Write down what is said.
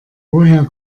woher